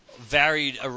varied